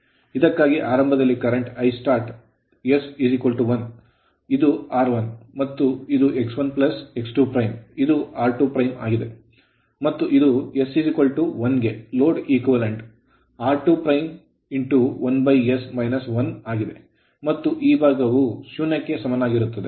ಇದಕ್ಕಾಗಿ ಪ್ರಾರಂಭ current current Istart s 1 ಇದು r1 ಮತ್ತು ಇದು x1 x 2 ಇದು r2ಆಗಿದೆ ಮತ್ತು ಇದು s1 ಗೆ load equivalent ಲೋಡ್ ಸಮಾನ ವಾದ r21s - 1 ಆಗಿದೆ ಮತ್ತು ಈ ಭಾಗವು ಶೂನ್ಯಕ್ಕೆ ಸಮನಾಗಿರುತ್ತದೆ